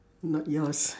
not yours